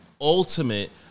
ultimate